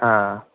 ह